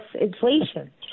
inflation